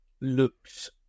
looks